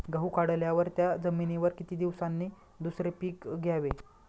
गहू काढल्यावर त्या जमिनीवर किती दिवसांनी दुसरे पीक घ्यावे?